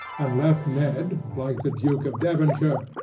and left ned, like the duke of devonshire,